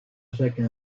chaque